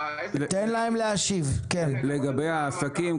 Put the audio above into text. לגבי העסקים,